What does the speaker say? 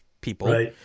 people